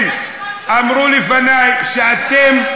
אמרו לפני שאתם,